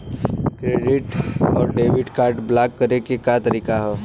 Debit या credit card block करे के का तरीका ह?